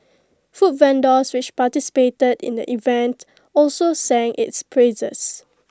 food vendors which participated in the event also sang its praises